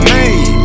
Made